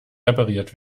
repariert